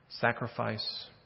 sacrifice